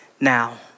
now